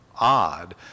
odd